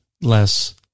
less